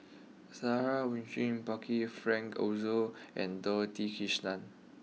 Sarah Winstedt Percival Frank Aroozoo and Dorothy Krishnan